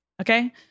okay